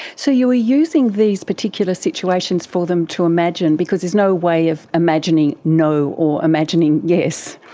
so you were using these particular situations for them to imagine, because there's no way of imagining no or imagining yes.